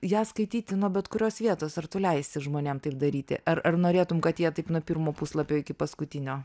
ją skaityti nuo bet kurios vietos ar tu leisi žmonėm taip daryti ar ar norėtum kad jie taip nuo pirmo puslapio iki paskutinio